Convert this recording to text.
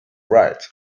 right